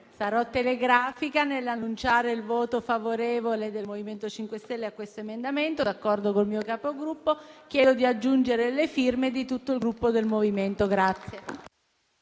sarò telegrafica nell'annunciare il voto favorevole del MoVimento 5 Stelle su questo emendamento, d'accordo con il mio Capogruppo. Chiedo di aggiungere le firme di tutto il Gruppo MoVimento 5 Stelle.